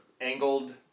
angled